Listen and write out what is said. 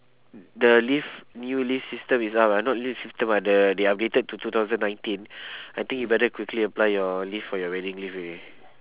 the leave newly system is up ah not this system ah the they updated to two thousand nineteen I think you better quickly apply your leave for your wedding leave already